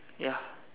ya